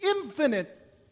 infinite